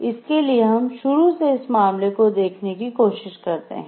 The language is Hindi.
इसके लिए हम शुरू से इस मामले को देखने की कोशिश करते हैं